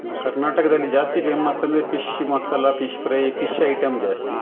ನಮ್ಮ ಕರ್ನಾಟಕದಲ್ಲಿ ಜಾಸ್ತಿ ಪೇಮಸ್ ಅಂದರೆ fish masala fish fry fish item ಜಾಸ್ತಿ